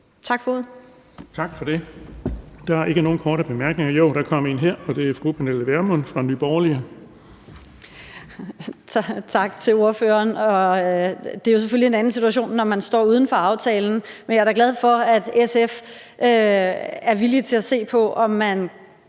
Tak for det. Der er en kort bemærkning fra fru Pernille Vermund fra Nye Borgerlige. Kl. 16:42 Pernille Vermund (NB): Tak til ordføreren. Det er selvfølgelig en anden situation, når man står uden for aftalen, men jeg er da glad for, at SF er villig til at se på, om man